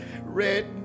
red